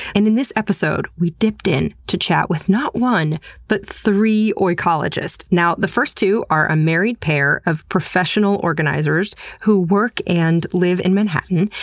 and in this episode, we dipped in to chat with not one, but three oikologists! the first two are a married pair of professional organizers who work and live in manhattan.